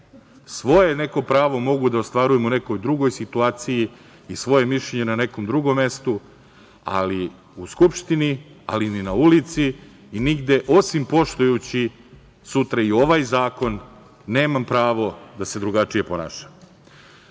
19.Svoje neko pravo mogu da ostvarujem u nekoj drugoj situaciji i svoje mišljenje na nekom drugom mestu, ali u Skupštini, ali ni na ulici i nigde osim poštujući sutra i ovaj zakon, nemam pravo da se drugačije